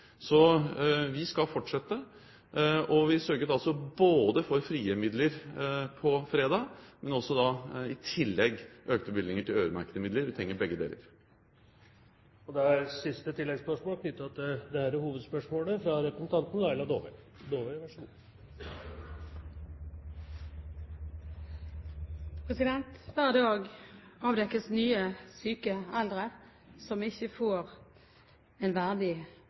Vi skal fortsette. Vi sørget altså både for frie midler på fredag, og – i tillegg – økte bevilgninger til øremerkede midler. Vi trenger begge deler. Laila Dåvøy – til oppfølgingsspørsmål. Hver dag avdekkes det nye syke eldre som ikke får en verdig eldreomsorg. Kommunene er i dag i villrede etter den ekstra milliarden som regjeringen har bevilget etter mye press fra flere hold, ikke